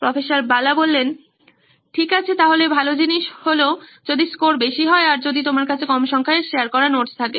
প্রফ্ বালা ঠিক আছে তাহলে ভালো জিনিস হলো যদি স্কোর বেশি হয় আর যদি তোমার কাছে কম সংখ্যায় শেয়ার করা নোটস থাকে